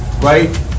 right